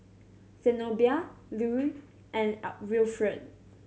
Zenobia Lue and Wilfred